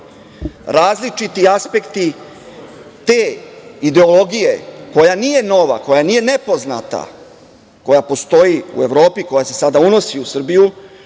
mesto. Različiti aspekti te ideologije koja nije nova, koja nije nepoznata, koja postoji u Evropi i unosi se u Srbiju,